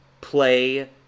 play